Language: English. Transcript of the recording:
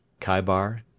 Kaibar